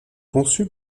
conçu